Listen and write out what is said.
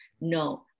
No